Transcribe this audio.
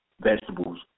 vegetables